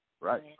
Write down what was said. Right